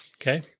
Okay